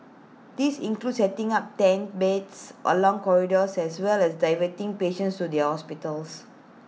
these include setting up tent beds along corridors as well as diverting patients to the hospitals